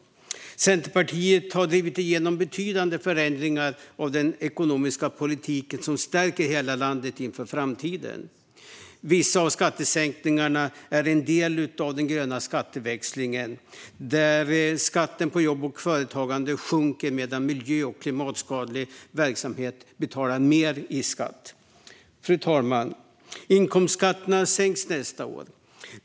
Centerpartiet har drivit igenom betydande förändringar av den ekonomiska politiken som stärker hela landet inför framtiden. Vissa av skattesänkningarna är en del av den gröna skatteväxlingen. Skatten på jobb och företagande sjunker medan miljö och klimatskadlig verksamhet betalar mer i skatt. Fru talman! Inkomstskatterna sänks nästa år.